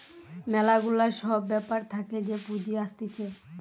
ম্যালা গুলা সব ব্যাপার থাকে যে পুঁজি আসতিছে